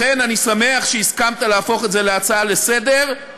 לכן אני שמח שהסכמת להפוך את זה להצעה לסדר-היום,